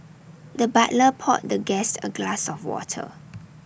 the butler poured the guest A glass of water